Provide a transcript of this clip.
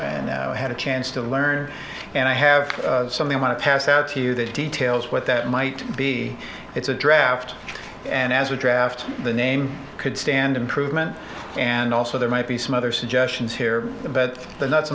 d had a chance to learn and i have something i want to pass out to you that details what that might be it's a draft and as a draft the name could stand improvement and also there might be some other suggestions here but the nuts